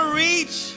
reach